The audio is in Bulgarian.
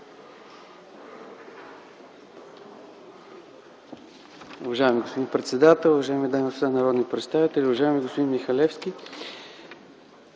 Уважаеми господин председател, уважаеми дами и господа народни представители, уважаеми господин Михалевски!